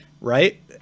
right